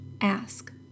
ask